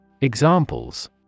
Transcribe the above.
Examples